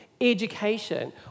education